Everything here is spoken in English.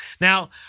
Now